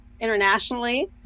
internationally